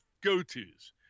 go-to's